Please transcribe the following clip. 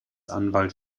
anwalt